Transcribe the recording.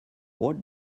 what